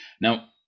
Now